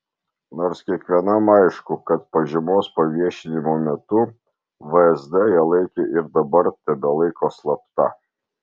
nors kiekvienam aišku kad pažymos paviešinimo metu vsd ją laikė ir dabar tebelaiko slapta